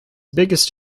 biggest